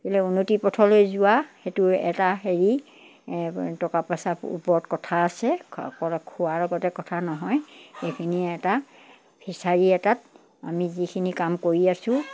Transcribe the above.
এইলৈ উন্নতিৰ পথলৈ যোৱা সেইটো এটা হেৰি টকা পইচা ওপৰত কথা আছে খোৱাৰ লগতে কথা নহয় এইখিনি এটা ফিছাৰী এটাত আমি যিখিনি কাম কৰি আছোঁ